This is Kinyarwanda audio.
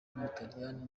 w’umutaliyani